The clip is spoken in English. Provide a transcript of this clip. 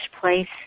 place